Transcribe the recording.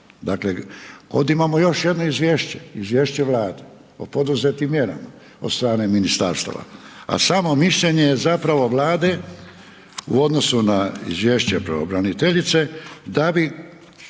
Dakle, ovdje imamo još jedno izvješće, izvješće Vlade o poduzetim mjerama od strane ministarstava, a samo mišljenje je zapravo Vlade u odnosu na izvješće pravobraniteljice da bi